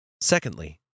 Secondly